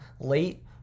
late